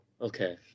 Okay